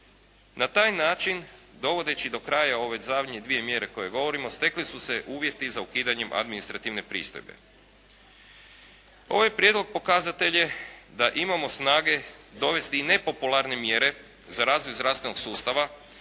Na taj način dovodeći do kraja ove zadnje dvije mjere koje govorimo stekli su se uvjeti za ukidanjem administrativne pristojbe. Ovaj Prijedlog pokazatelj je da imamo snage dovesti nepopularne mjere za razvoj zdravstvenog sustava,